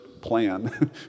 plan